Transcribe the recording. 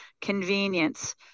Convenience